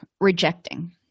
rejecting